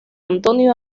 antonio